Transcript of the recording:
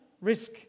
risk